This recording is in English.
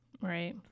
right